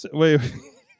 wait